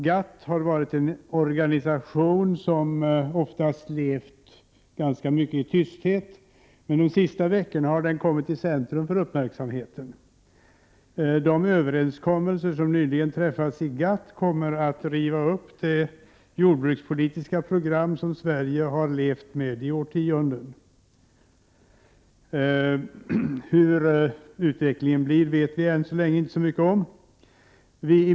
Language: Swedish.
GATT har varit en organisation som oftast levt ganska mycket i tysthet, men de senaste veckorna har organisationen kommit i centrum för uppmärksamheten. De överenskommelser som nyligen träffats inom GATT kommer att riva upp det jordbrukspolitiska program som Sverige har levt med i årtionden. Hur utvecklingen blir vet vi ännu inte så mycket om.